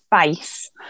face